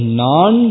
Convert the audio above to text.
non